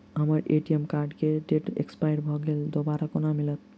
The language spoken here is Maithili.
हम्मर ए.टी.एम कार्ड केँ डेट एक्सपायर भऽ गेल दोबारा कोना मिलत?